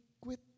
quit